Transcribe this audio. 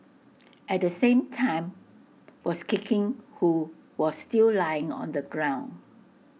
at the same time was kicking who was still lying on the ground